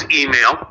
email